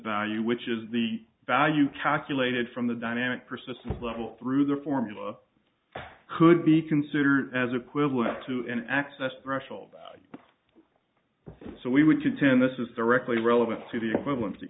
value which is the value calculated from the dynamic persistence level through the formula could be considered as equivalent to an access threshold so we would contend this is directly relevant to the equivalency